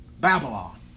Babylon